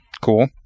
Cool